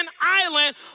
island